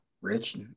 rich